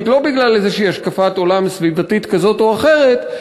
לא בגלל איזו השקפת עולם סביבתית כזאת או אחרת,